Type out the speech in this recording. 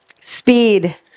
Speed